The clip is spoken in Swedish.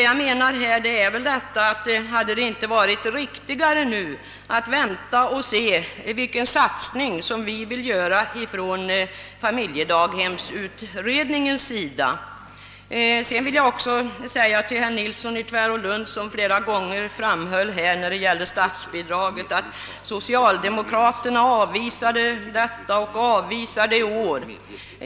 — Jag menar att det hade varit riktigare att vänta och se vilken satsning som vi inom familjedaghemsutredningen = vill göra. Herr Nilsson i Tvärålund sade flera gånger när det gällde statsbidraget att socialdemokraterna tidigare avvisat förslaget och avvisar det även nu.